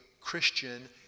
Christian